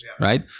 right